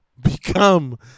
become